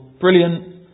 brilliant